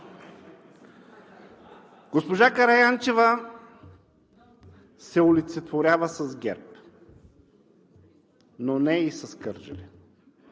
Госпожа Караянчева се олицетворява с ГЕРБ, но не и с Кърджали.